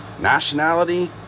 Nationality